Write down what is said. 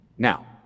Now